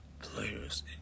players